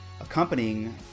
accompanying